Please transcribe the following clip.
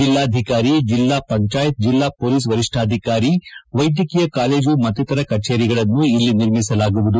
ಜಿಲ್ಲಾಧಿಕಾರಿ ಜಿಲ್ಲಾ ಪಂಜಾಯಿತಿ ಜಿಲ್ಲಾ ಪೊಲೀಸ್ ವರಿಷ್ಠಾಧಿಕಾರಿ ವೈದ್ಯಕೀಯ ಕಾಲೇಜು ಮತ್ತಿತರ ಕಚೇರಿಗಳನ್ನು ಇಲ್ಲಿ ನಿರ್ಮಿಸಲಾಗುವುದು